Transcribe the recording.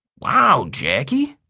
wow, jackie!